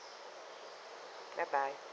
bye bye